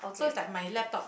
so it's like my laptop